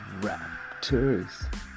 Raptors